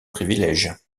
privilèges